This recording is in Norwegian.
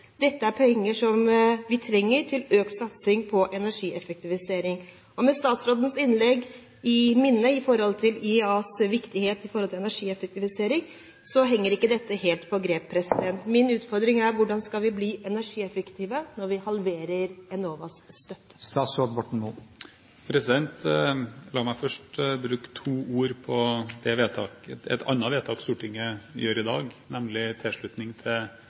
Dette er penger som vi trenger til økt satsing på energieffektivisering. Med statsrådens innlegg i minne om IEAs viktighet i forhold til energieffektivisering henger ikke dette helt på greip. Min utfordring er: Hvordan skal vi bli energieffektive når vi halverer støtten til Enova? La meg først bruke to ord på et annet vedtak Stortinget gjør i dag, nemlig tilslutning